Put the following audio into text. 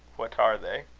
what are they?